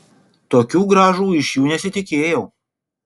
tokių grąžų iš jų nesitikėjau